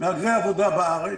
מהגרי עבודה בארץ.